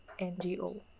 ngo